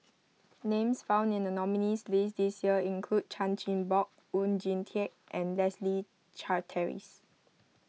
names found in the nominees' list this year include Chan Chin Bock Oon Jin Teik and Leslie Charteris